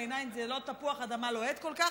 בעיניי זה לא תפוח אדם לוהט כל כך,